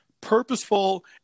purposeful